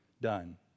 done